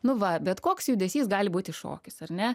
nu va bet koks judesys gali būti šokis ar ne